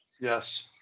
Yes